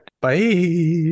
bye